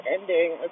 ending